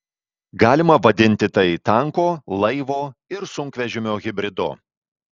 galima vadinti tai tanko laivo ir sunkvežimio hibridu